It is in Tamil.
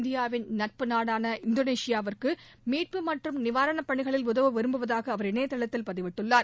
இந்தியாவின் நட்பு நாடான இந்தோனேஷியாவுக்கு மீட்பு மற்றும் நிவாரணப் பணிகளில் உதவ விரும்புவதாக அவர் இணையதளத்தில் பதிவிட்டுள்ளார்